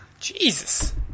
Jesus